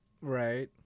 Right